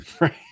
Right